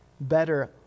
better